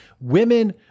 Women